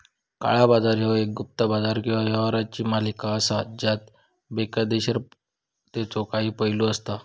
काळा बाजार ह्यो एक गुप्त बाजार किंवा व्यवहारांची मालिका असा ज्यात बेकायदोशीरतेचो काही पैलू असता